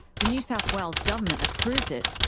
the new south wales government approved it,